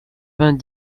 vingt